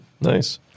nice